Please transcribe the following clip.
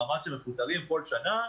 זה מעמד של מפוטרים כל שנה,